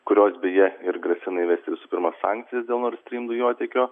kurios beje ir grasina įvesti visų pirma sankcijas dėl nord stream dujotiekio